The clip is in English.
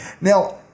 Now